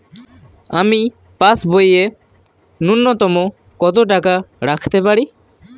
আমি পাসবইয়ে ন্যূনতম কত টাকা রাখতে পারি?